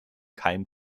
kein